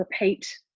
repeat